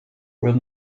will